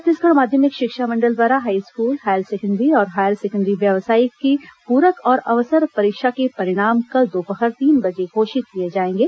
छत्तीसगढ़ माध्यमिक शिक्षा मंडल द्वारा हाईस्कूल हायर सेकेण्डरी और हायर सेकेण्डरी व्यावसायिक की प्रक और अवसर परीक्षा के परिणाम कल दोपहर तीन बजे घोषित किए जाएंगे